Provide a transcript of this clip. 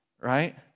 right